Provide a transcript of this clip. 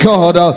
God